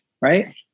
right